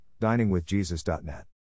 diningwithjesus.net